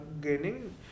gaining